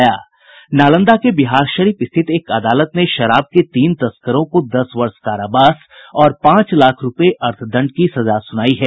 नालंदा के बिहारशरीफ स्थित एक अदालत ने शराब के तीन तस्करों को दस वर्ष कारावास और पांच लाख रुपये अर्थदंड की सजा सुनायी है